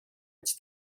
its